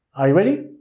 are you ready?